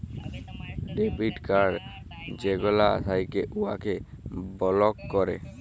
debit card যেগলা থ্যাকে উয়াকে বলক ক্যরে